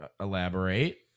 Elaborate